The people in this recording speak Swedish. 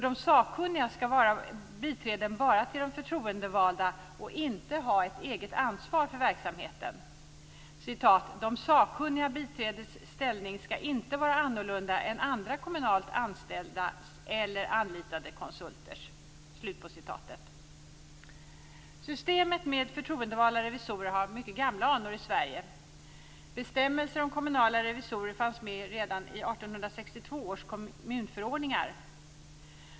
De sakkunniga skall endast vara biträden till de förtroendevalda och inte ha ett eget ansvar för verksamheten: "Det sakkunniga biträdets ställning skall inte vara annorlunda än andra kommunalt anställdas eller anlitade konsulters." Systemet med förtroendevalda revisorer har gamla anor i Sverige. Bestämmelser om kommunala revisorer fanns med redan i 1862 års myntförordningar.